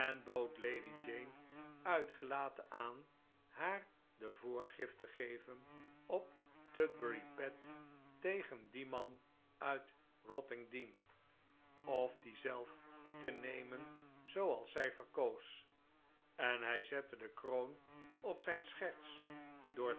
lady jane uitgelaten aan haar de voorgift te geven op tutbury pet tegen dien man uit rottingdean of die zelf te nemen zooals zij verkoos en hij zette de kroon op zijn scherts door